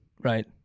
right